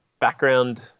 background